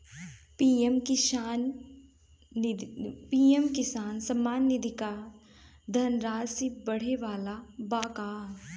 PM Kisan Samman Nidhi क धनराशि बढ़े वाला बा का?